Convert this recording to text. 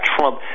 Trump